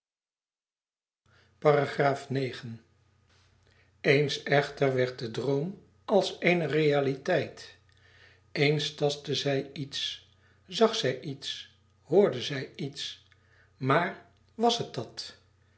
eens echter werd de droom als eene realiteit eens tastte zij iets zag zij iets hoorde zij iets maar was het dat